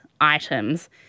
items